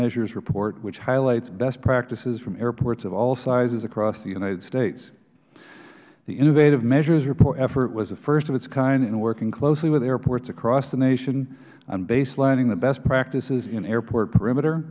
measures report which highlights best practices from airports of all sizes across the united states the innovative measures report effort was the first of its kind in working closely with airports across the nation on base lining and best practices in airport perimeter